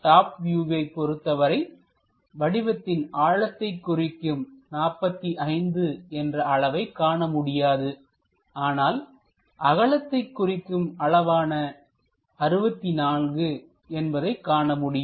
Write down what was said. top வியூவைப் பொறுத்தவரை வடிவத்தின் ஆழத்தை குறிக்கும் 45 என்ற அளவைக் காண முடியாது ஆனால் அகலத்தை குறிக்கும் அளவான 64 என்பதை காணமுடியும்